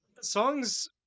Songs